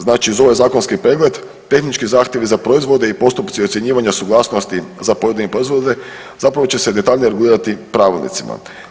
Znači, uz ovaj zakonski pregled, tehnički zahtjevi za proizvode i postupci ocjenjivanja suglasnosti za pojedine proizvode, zapravo će se detaljnije regulirati pravilnicima.